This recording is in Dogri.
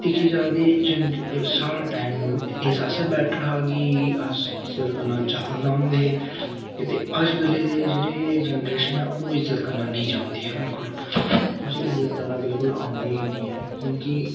दिक्खेआ जा ते चन साढ़ा टैम इस आस्तै बैटर हा कि अस इज्जत करना जानदे हे ते अज्जकल्लै दे जेह्ड़े जनरेशन ऐ ओह् इज्जत करना नेईं जानदी ऐ बिलकुल कुसै दी इज्जत करना बिलकुल आंदी गै नी ऐ क्योंकि